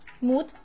Mood